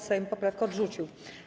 Sejm poprawkę odrzucił.